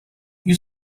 you